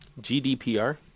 gdpr